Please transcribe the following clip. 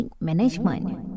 Management